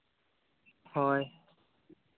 ᱦᱳᱭ